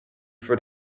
for